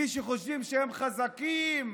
מי שחושבים שהם חזקים,